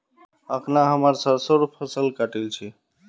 अखना हमरा सरसोंर फसल काटील छि